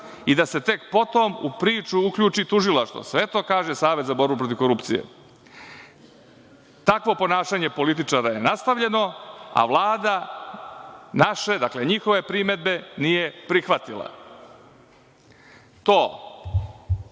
i da se tek potom u priču uključi tužilaštvo. Sve to kaže Savet za borbu protiv korupcije. Takvo ponašanje političara je nastavljeno, a Vlada naše, dakle njihove primedbe nije prihvatila. To